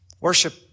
Worship